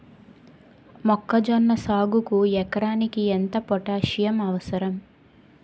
మొక్కజొన్న సాగుకు ఎకరానికి ఎంత పోటాస్సియం అవసరం?